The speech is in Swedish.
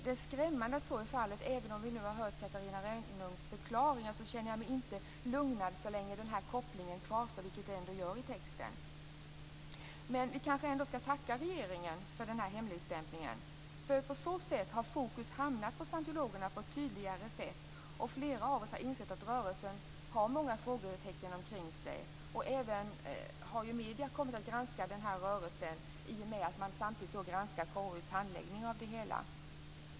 Det är skrämmande att så är fallet. Även om vi nu har hört Catarina Rönnungs förklaring känner jag mig inte lugnad så länge denna koppling kvarstår. Men vi skall kanske tacka regeringen för hemligstämpeln. På så sätt har fokus hamnat på scientologerna och flera av oss har insett att rörelsen har många frågetecken omkring sig. Även medierna har granskat denna rörelse i och med att man samtidigt granskade KU:s handläggning av det hela.